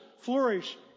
flourish